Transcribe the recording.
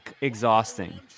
exhausting